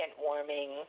warming